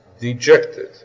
dejected